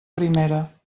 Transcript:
primera